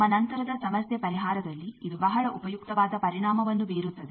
ನಮ್ಮ ನಂತರದ ಸಮಸ್ಯೆ ಪರಿಹಾರದಲ್ಲಿ ಇದು ಬಹಳ ಉಪಯುಕ್ತವಾದ ಪರಿಣಾಮವನ್ನು ಬೀರುತ್ತದೆ